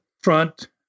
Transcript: front